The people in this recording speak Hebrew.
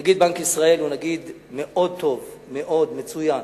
נגיד בנק ישראל הוא נגיד טוב מאוד, מצוין.